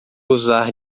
usar